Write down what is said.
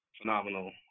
Phenomenal